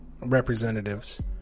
representatives